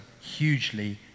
hugely